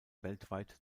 weltweit